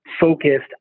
focused